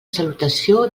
salutació